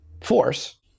force